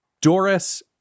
Doris